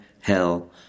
hell